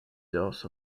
those